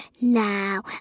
now